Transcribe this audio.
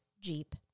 Jeep